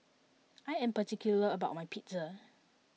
I am particular about my Pizza